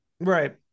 right